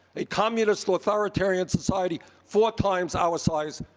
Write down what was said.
a communist authoritarian society four times our size.